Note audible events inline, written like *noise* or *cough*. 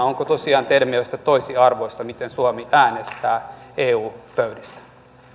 *unintelligible* onko tosiaan teidän mielestänne toisarvoista miten suomi äänestää eu pöydissä